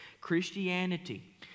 Christianity